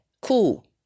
Cool